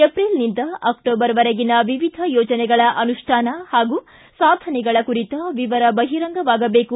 ಏಪ್ರಿಲ್ನಿಂದ ಅಕ್ಷೋಬರ್ವರೆಗಿನ ವಿವಿಧ ಯೋಜನೆಗಳ ಅನುಷ್ಠಾನ ಹಾಗೂ ಸಾಧನೆಗಳ ಕುರಿತ ವಿವರ ಬಹಿರಂಗವಾಗಬೇಕು